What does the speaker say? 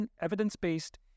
evidence-based